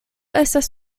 estas